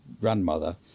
grandmother